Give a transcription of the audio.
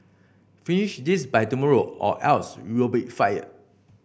finish this by tomorrow or else you'll be fired